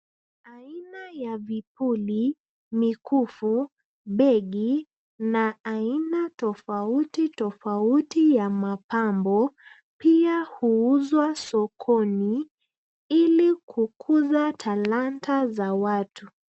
Aina ya vipuli, mikufu, begi na aina tofauti tofauti ya mapambo pia huuzwa sokoni ili kukuza talanta za watu.